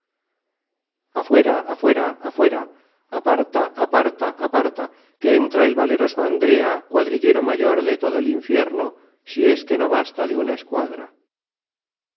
afuera afuera afuera aparta aparta aparta que entra el valeroso andrea cuadrillero mayor de todo el infierno si es que no basta de as